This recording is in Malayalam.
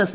എസ്